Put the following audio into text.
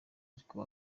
ariko